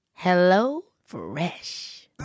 HelloFresh